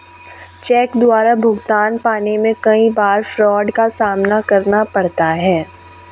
check द्वारा भुगतान पाने में कई बार फ्राड का सामना करना पड़ता है